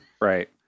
right